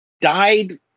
died